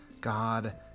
God